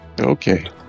Okay